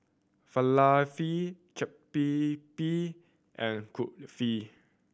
Falafel Chaat Papri and Kulfi